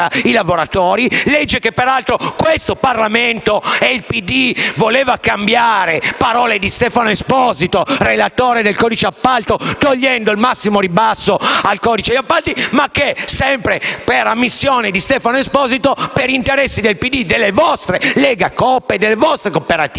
legge che, peraltro, questo Parlamento e il PD volevano cambiare - parole di Stefano Esposito, relatore del provvedimento sul codice degli appalti - togliendo il massimo ribasso al codice degli appalti, ma che - sempre per ammissione di Stefano Esposito - per interessi del PD, delle vostre Legacoop e delle vostre cooperative,